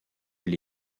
elle